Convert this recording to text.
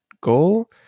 goal